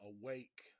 awake